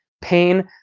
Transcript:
pain